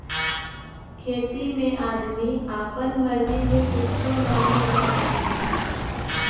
खेती में आदमी आपन मर्जी से कुच्छो नाहीं उगा सकला